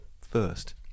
first